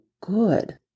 good